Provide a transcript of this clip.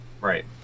right